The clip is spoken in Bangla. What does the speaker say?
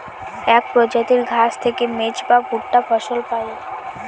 এক প্রজাতির ঘাস থেকে মেজ বা ভুট্টা ফসল পায়